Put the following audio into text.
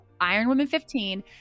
IRONWOMAN15